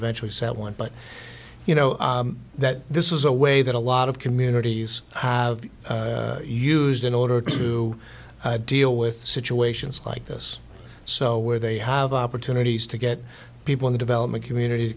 eventually set one but you know that this is a way that a lot of communities have used in order to deal with situations like this so where they have opportunities to get people in the development community